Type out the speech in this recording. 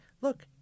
look